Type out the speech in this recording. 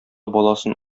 баласын